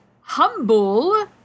Humble